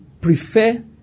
prefer